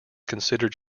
considered